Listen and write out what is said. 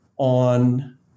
on